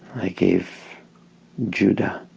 i gave judah